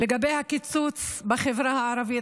לגבי הקיצוץ בחברה הערבית,